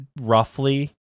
roughly